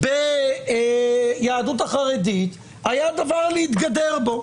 ביהדות החרדית נמצא נושא להתגדר בו.